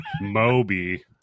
Moby